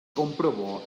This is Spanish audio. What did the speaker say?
comprobó